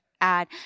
add